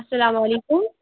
اسلام علیکُم